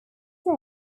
that